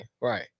right